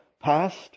past